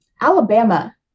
Alabama